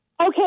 Okay